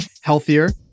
healthier